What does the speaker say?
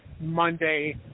Monday